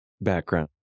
background